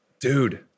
dude